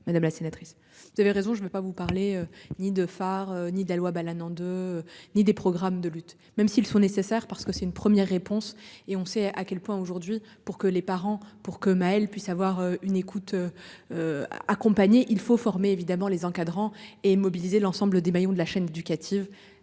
Madame la sénatrice. Vous avez raison, je ne veux pas vous parler ni de fard ni de la loi Balanant de ni des programmes de lutte, même s'ils sont nécessaires parce que c'est une première réponse et on sait à quel point aujourd'hui pour que les parents pour que Mel puissent avoir une écoute. Accompagnée, il faut former évidemment les encadrants et mobiliser l'ensemble des maillons de la chaîne éducative.